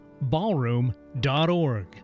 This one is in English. Ballroom.org